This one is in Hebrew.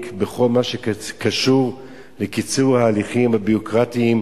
בכל מה שקשור לקיצור ההליכים הביורוקרטיים.